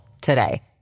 today